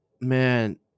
man